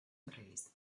drīz